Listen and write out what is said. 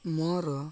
ମୋର